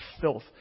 filth